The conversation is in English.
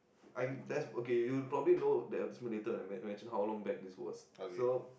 I that's okay you probably know the advertisement later when I men~ when I mention how long back this was so